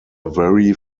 very